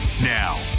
Now